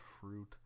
fruit